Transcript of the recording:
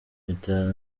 mpita